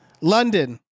London